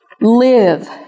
live